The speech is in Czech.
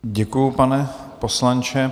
Děkuji, pane poslanče.